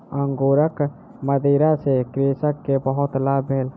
अंगूरक मदिरा सॅ कृषक के बहुत लाभ भेल